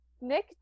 Nick